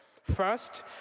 First